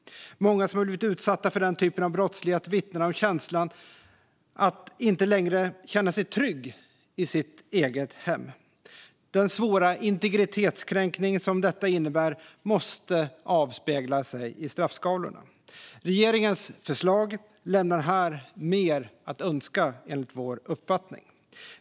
Många som har blivit utsatta för den typen av brottslighet vittnar om känslan av att inte längre känna sig trygg i sitt eget hem. Den svåra integritetskränkning som detta innebär måste därför avspegla sig i straffskalorna. Regeringens förslag lämnar här mer att önska enligt vår uppfattning.